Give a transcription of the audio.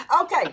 Okay